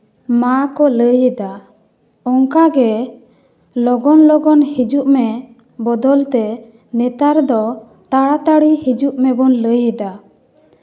ᱢᱟ ᱠᱚ ᱞᱟᱹᱭᱮᱫᱟ ᱚᱱᱠᱟ ᱜᱮ ᱞᱚᱜᱚᱱ ᱞᱚᱜᱚᱱ ᱦᱤᱡᱩᱜ ᱢᱮ ᱵᱚᱫᱚᱞ ᱛᱮ ᱱᱮᱛᱟᱨ ᱫᱚ ᱛᱟᱲᱟᱛᱟᱹᱲᱤ ᱦᱤᱡᱩᱜ ᱢᱮ ᱵᱚᱱ ᱞᱟᱹᱭᱮᱫᱟ